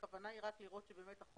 הכוונה היא רק לראות שהחוק